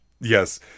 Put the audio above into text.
yes